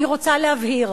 אני רוצה להבהיר: